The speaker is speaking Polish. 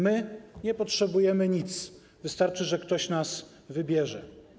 My nie potrzebujemy nic, wystarczy, że ktoś nas wybierze.